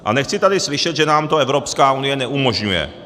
A nechci tady slyšet, že nám to Evropská unie neumožňuje.